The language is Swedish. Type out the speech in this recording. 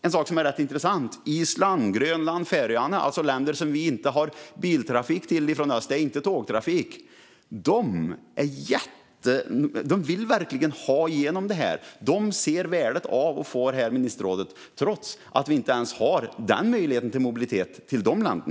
En sak som är rätt intressant är att Island, Grönland och Färöarna, alltså länder som vi inte har biltrafik eller tågtrafik till från oss, verkligen vill ha igenom det här. De ser värdet av att få detta ministerråd trots att vi inte ens har den möjligheten till mobilitet till dessa länder.